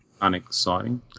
Unexciting